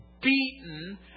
beaten